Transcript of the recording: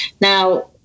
Now